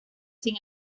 sin